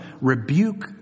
rebuke